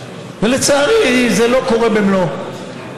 ולצערי זה לא קורה במלואו.